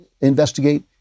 investigate